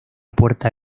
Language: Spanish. puerta